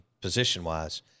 position-wise